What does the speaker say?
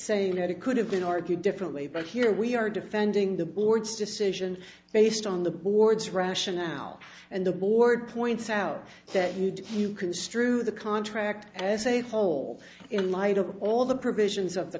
saying that it could have been argued differently but here we are defending the board's decision based on the board's rationale and the board points out that need you construe the contract as a whole in light of all the provisions of the